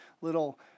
little